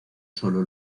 sólo